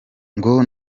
ngo